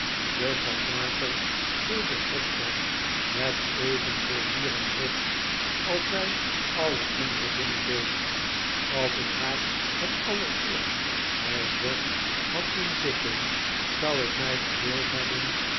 juffrouw dartle speelde triktrak met evenveel vuur en drift als zij alle andere dingen deed als ik haar het allereerst bij het bord had zien zitten zou ik mij verbeeld hebben